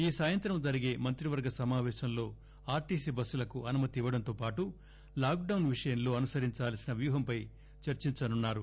ఈ సాయంత్రం జరిగే మంత్రివర్గ సమాపేశంలో ఆర్గీసీ బస్సులకు అనుమతివ్వడంతో పాటు లాక్డౌన్ విషయంలో అనుసరించాల్సిన వ్యూహంపై చర్చించనున్నారు